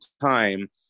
time